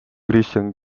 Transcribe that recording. kristjan